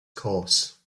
course